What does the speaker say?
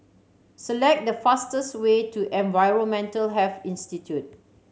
select the fastest way to Environmental Health Institute